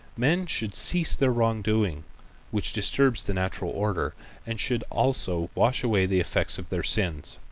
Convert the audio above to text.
men should cease their wrongdoing which disturbs the natural order and should also wash away the effects of their sins.